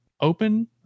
open